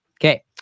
Okay